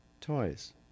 toys